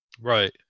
Right